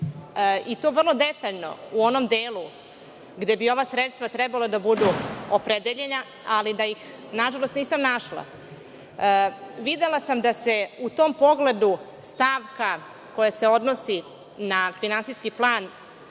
i to vrlo detaljno u onom delu gde bi ova sredstva trebalo da budu opredeljena, ali da ih nažalost, nisam našla. Videla sam da se u tom pogledu stavka koja se odnosi na finansijski plan